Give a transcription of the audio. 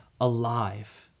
alive